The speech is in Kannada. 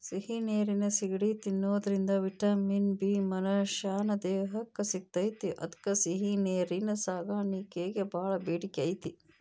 ಸಿಹಿ ನೇರಿನ ಸಿಗಡಿ ತಿನ್ನೋದ್ರಿಂದ ವಿಟಮಿನ್ ಬಿ ಮನಶ್ಯಾನ ದೇಹಕ್ಕ ಸಿಗ್ತೇತಿ ಅದ್ಕ ಸಿಹಿನೇರಿನ ಸಾಕಾಣಿಕೆಗ ಬಾಳ ಬೇಡಿಕೆ ಐತಿ